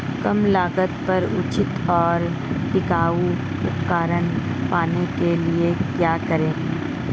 कम लागत पर उचित और टिकाऊ उपकरण पाने के लिए क्या करें?